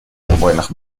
отбойных